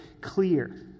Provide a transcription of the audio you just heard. clear